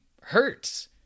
hurts